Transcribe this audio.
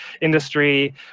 industry